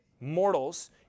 mortals